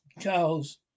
Charles